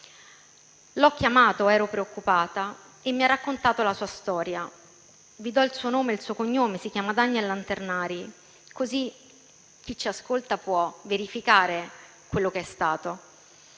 L'ho chiamato, perché ero preoccupata, e mi ha raccontato la sua storia. Vi do il suo nome e il suo cognome, si chiama Daniel Lanternari, così chi ci ascolta può verificare quello che è successo.